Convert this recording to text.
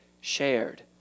shared